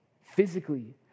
physically